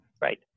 Right